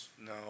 No